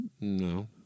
No